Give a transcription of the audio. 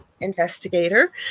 investigator